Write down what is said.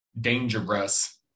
Dangerous